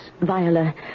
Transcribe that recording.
Viola